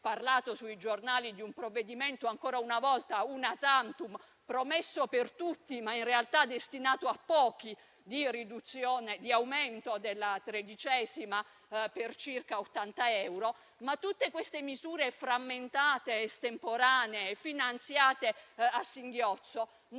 parlato di un provvedimento ancora una volta *una tantum* - promesso per tutti ma in realtà destinato a pochi - di aumento della tredicesima per circa 80 euro. Tutte queste misure frammentate, estemporanee e finanziate a singhiozzo non